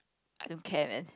I don't care man